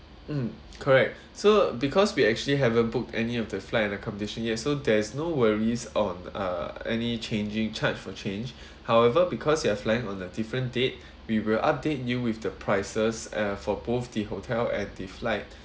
mm correct so because we actually haven't book any of the flight and accommodation yes so there's no worries on uh any changing charged for change however because you are flying on a different date we will update you with the prices uh for both the hotel and the flight